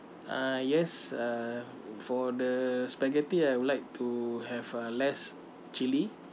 uh yes uh for the spaghetti I would like to have uh less chili